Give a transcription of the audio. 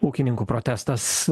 ūkininkų protestas